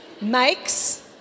makes